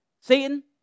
Satan